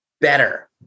better